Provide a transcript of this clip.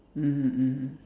mmhmm mmhmm